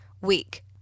week